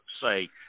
say